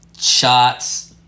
shots